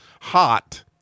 hot